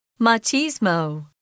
Machismo